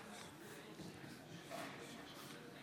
אבקש ממזכירת הכנסת לקרוא את שמות חברי הכנסת לתחילת ההצבעה